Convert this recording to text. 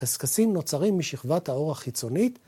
‫קשקשים נוצרים משכבת העור החיצונית,